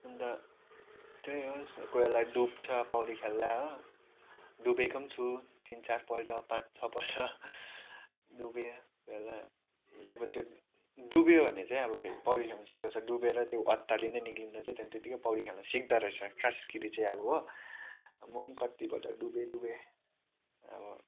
अन्त त्यही हो कोहीबेला डुब्छ पौडी खेल्दा हो डुबेको पनि छु तिन चारपल्ट पाँच छपल्ट डुबेँ पहिला अब त्यो डुब्यो भने चाहिँ अब फेरि पौडी खेल्नु सिक्दछ डुबेर त्यो अतालिँदै निक्लिँदा चाहिँ त्यत्तिकै पौडी खेल्नु सिक्दोरहेछ खासखेरि चाहिँ अब हो म पनि कतिपल्ट डुबेँ डुबेँ अब